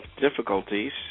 difficulties